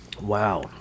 Wow